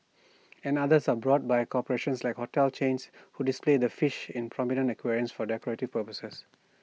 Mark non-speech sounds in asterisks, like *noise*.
*noise* and others are brought by corporations like hotel chains who display the fish in prominent aquariums for decorative purposes